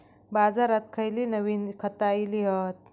बाजारात खयली नवीन खता इली हत?